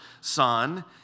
son